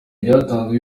ryatanzwe